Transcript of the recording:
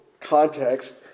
context